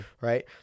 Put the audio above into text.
right